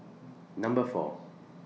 Number four